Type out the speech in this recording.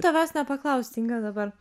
tavęs nepaklaust inga dabar